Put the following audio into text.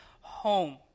home